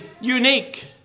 unique